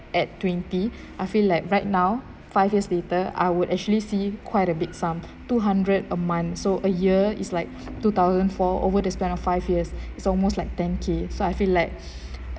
at twenty I feel like right now five years later I would actually see quite a big sum two hundred a month so a year is like two thousand four over the span of five years it's almost like ten k so I feel like